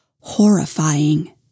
horrifying